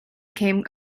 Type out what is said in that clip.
came